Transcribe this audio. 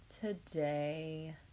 today